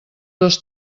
dos